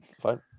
fine